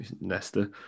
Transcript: Nesta